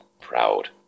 proud